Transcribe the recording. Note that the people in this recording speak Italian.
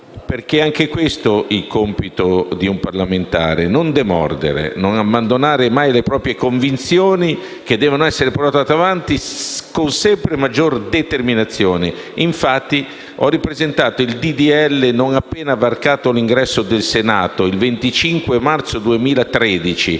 demorso. Anche questo è compito di un parlamentare: non demordere, non abbandonare mai le proprie convinzioni, che devono essere portate avanti con sempre maggiore determinazione. Infatti, ho ripresentato il disegno di legge non appena varcato l'ingresso del Senato, il 25 marzo 2013.